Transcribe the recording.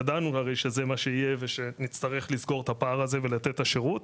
ידענו שזה מה שיהיה ונצטרך לסגור את הפער הזה ולתת שירות,